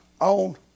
on